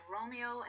Romeo